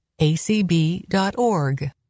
ACB.org